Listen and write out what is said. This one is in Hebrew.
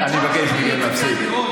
אני מבקש מכן להפסיק.